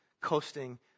coasting